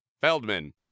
Feldman